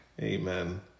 Amen